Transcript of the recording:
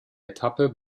etappe